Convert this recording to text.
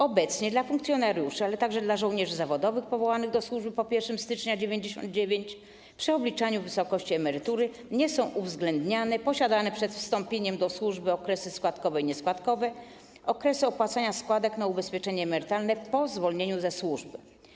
Obecnie w przypadku funkcjonariuszy, ale także żołnierzy zawodowych powołanych do służby po 1 stycznia 1999 r. przy obliczaniu wysokości emerytury nie są uwzględniane posiadane przed wstąpieniem do służby okresy składkowe i nieskładkowe oraz okresy opłacania składek na ubezpieczenie emerytalne po zwolnieniu ze służby.